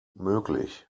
möglich